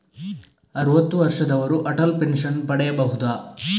ಅರುವತ್ತು ವರ್ಷದವರು ಅಟಲ್ ಪೆನ್ಷನ್ ಪಡೆಯಬಹುದ?